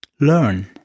learn